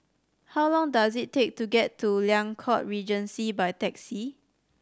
how long does it take to get to Liang Court Regency by taxi